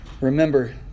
remember